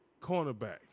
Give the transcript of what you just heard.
cornerback